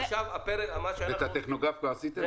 את הטכוגרף כבר עשיתם?